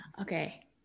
Okay